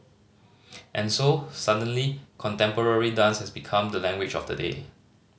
and so suddenly contemporary dance has become the language of the day